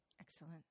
Excellent